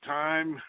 time